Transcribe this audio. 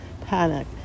panic